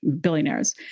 billionaires